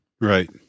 right